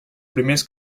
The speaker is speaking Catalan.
primers